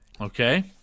Okay